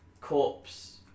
Corpse